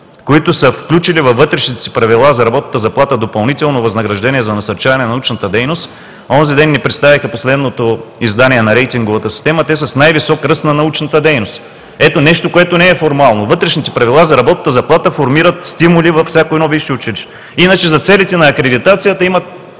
които са включили във вътрешните си правила за работната заплата допълнително възнаграждение за насърчаване на научната дейност, онзи ден ни представиха последното издание на рейтинговата система. Те са с най-висок ръст на научната дейност. Ето нещо, което не е формално – вътрешните правила за работната заплата формират стимули във всяко едно висше училище. Иначе за целите на акредитацията имат